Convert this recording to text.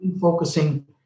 focusing